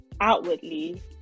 outwardly